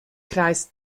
kreis